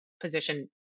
position